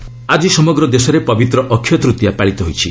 ଅକ୍ଷୟ ତୃତୀୟା ଆଜି ସମଗ୍ର ଦେଶରେ ପବିତ୍ର ଅକ୍ଷୟ ତୂତୀୟା ପାଳିତ ହୋଇଛି